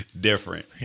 different